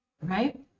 right